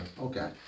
Okay